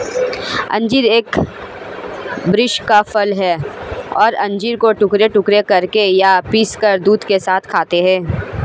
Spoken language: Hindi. अंजीर एक वृक्ष का फल है और अंजीर को टुकड़े टुकड़े करके या पीसकर दूध के साथ खाते हैं